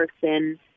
person